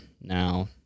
Now